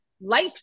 life